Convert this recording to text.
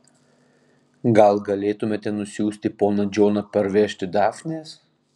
gal galėtumėme nusiųsti poną džoną parvežti dafnės